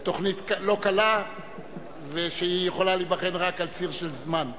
עומד בתוכנית לא קלה שיכולה להיבחן רק על ציר של זמן,